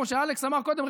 כמו שאלכס אמר קודם,